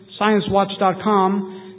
ScienceWatch.com